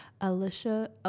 Alicia